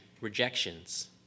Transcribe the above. rejections